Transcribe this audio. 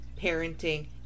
parenting